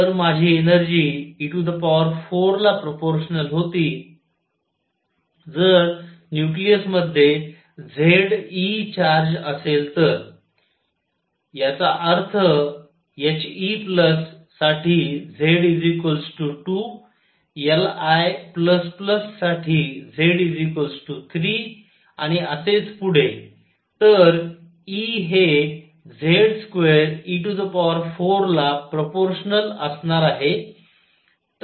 तर माझी एनर्जी e4ला प्रोपोर्शनल होती जर न्यूक्लियसमध्ये Z e चार्ज असेल तर याचा अर्थ He साठी Z 2 Li साठी Z 3 आणि असेच पुढे तर E हे Z2e4 ला प्रोपोर्शनल असणार आहे